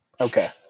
Okay